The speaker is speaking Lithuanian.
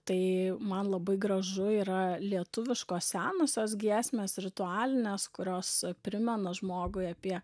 tai man labai gražu yra lietuviškos senosios giesmės ritualinės kurios primena žmogui apie